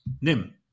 Nim